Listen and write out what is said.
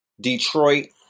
Detroit